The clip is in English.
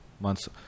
months